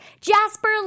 jasper